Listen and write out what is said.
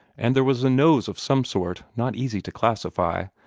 and there was a nose of some sort not easy to classify,